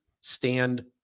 stand